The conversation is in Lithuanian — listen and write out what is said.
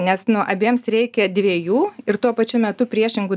nes nu abiems reikia dviejų ir tuo pačiu metu priešingų